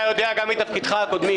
אתה יודע גם מתפקידיך הקודמים,